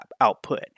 output